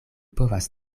povas